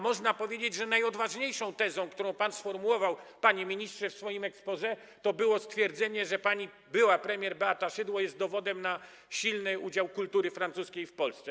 Można powiedzieć, że najodważniejszą tezą, którą pan sformułował, panie ministrze, w swoim exposé, było stwierdzenie, że była premier pani Beata Szydło jest dowodem na silny udział kultury francuskiej w Polsce.